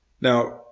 Now